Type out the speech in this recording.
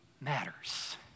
matters